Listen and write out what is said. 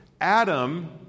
Adam